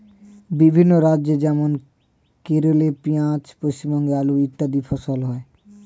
বিভিন্ন রাজ্য যেমন কেরলে পেঁয়াজ, পশ্চিমবঙ্গে আলু ইত্যাদি ফসল হয়